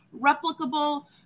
replicable